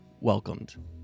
welcomed